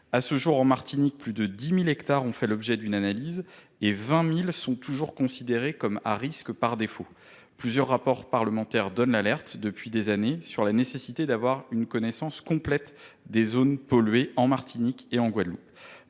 À ce jour, en Martinique, quelque 10 000 hectares ont fait l’objet d’une analyse et 20 000 hectares sont toujours considérés comme « à risque par défaut ». Plusieurs rapports parlementaires lancent l’alerte, depuis des années, sur la nécessité de disposer d’une connaissance complète des zones polluées en Martinique et en Guadeloupe.